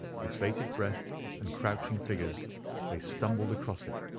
with bated breath and crouching figures they stumbled across it,